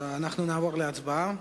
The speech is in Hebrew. אנחנו נעבור להצבעה.